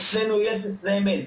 את כל אלו אצלנו יש ואצלם אין.